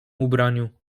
ubraniu